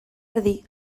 erdi